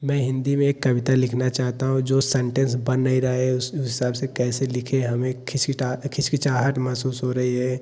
मैं हिंदी में एक कविता लिखना चाहता हूँ जो सेंटेंस बन नहीं रहा है उस हिसाब से कैसे लिखें हमें खिचखिचटा खिचखिचाहत महसूस हो रही है